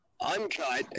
uncut